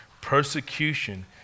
persecution